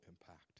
impact